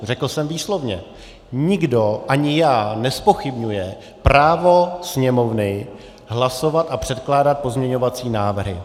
Řekl jsem výslovně: nikdo, ani já, nezpochybňuje právo Sněmovny hlasovat a předkládat pozměňovací návrhy.